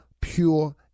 pure